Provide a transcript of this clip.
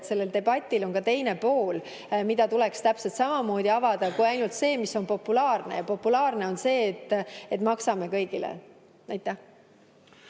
et sellel debatil on ka teine pool, mida tuleks täpselt samamoodi avada, mitte ainult see, mis on populaarne, ja populaarne on see, et maksame kõigile. Aitäh!